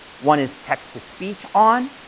one is text to speech on,